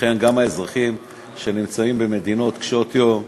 ולכן גם האזרחים שנמצאים במדינות קשות-יום,